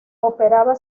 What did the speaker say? operaba